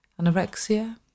anorexia